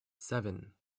seven